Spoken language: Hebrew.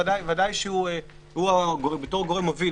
בוודאי שהוא בתור גורם מוביל,